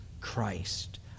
Christ